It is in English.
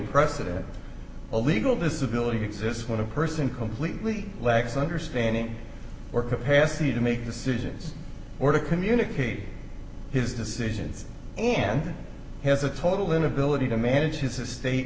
precedent a legal disability exists when a person completely lacks understanding or capacity to make decisions or to communicate his decisions and has a total inability to manage his estate